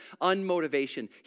unmotivation